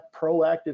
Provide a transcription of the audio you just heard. proactive